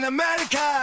America